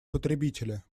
потребителя